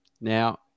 Now